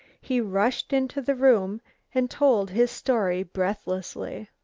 he rushed into the room and told his story breathlessly.